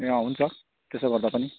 ए अँ हुन्छ त्यसो गर्दा पनि